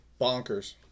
Bonkers